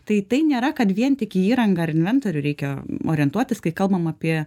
tai tai nėra kad vien tik į įrangą ar inventorių reikia orientuotis kai kalbam apie